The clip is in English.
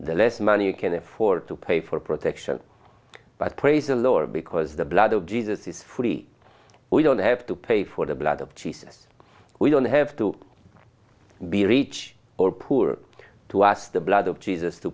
the less money you can afford to pay for protection but praise the lord because the blood of jesus is free we don't have to pay for the blood of jesus we don't have to be rich or poor to ask the blood of jesus to